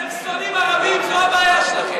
הגזענות האמיתית היא מצידכם.